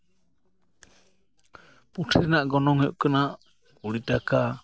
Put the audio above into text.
ᱯᱩᱸᱴᱷᱤ ᱨᱮᱱᱟᱜ ᱜᱚᱱᱚᱝ ᱦᱩᱭᱩᱜ ᱠᱟᱱᱟ ᱠᱩᱲᱤ ᱴᱟᱠᱟ